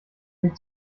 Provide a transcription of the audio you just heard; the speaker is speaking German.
mich